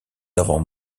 avant